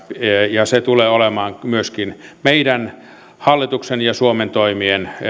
ja se tulee olemaan meidän hallituksen ja suomen toimien